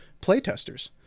playtesters